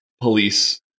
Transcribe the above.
police